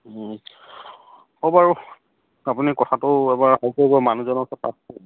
অঁ বাৰু আপুনি কথাটো এবাৰ